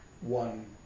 one